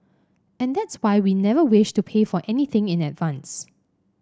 and that's why we never wished to pay for anything in advance